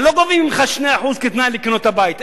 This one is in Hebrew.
הם לא גובים ממך 2% כתנאי לקנות את הבית.